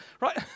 Right